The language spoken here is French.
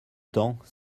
temps